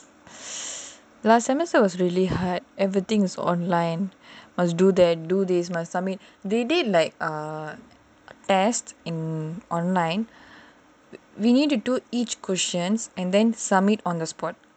last semester was really hard everything also online must do that do this must submit they did like a test in online we need to do each questions and then submit on the spot